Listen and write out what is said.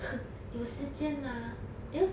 有时间 mah then